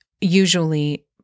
usually